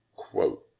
quote,